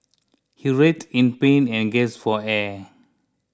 he writhed in pain and gasped for air